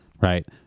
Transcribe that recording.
Right